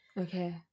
Okay